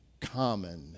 common